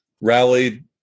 rallied